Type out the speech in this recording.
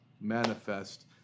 manifest